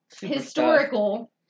historical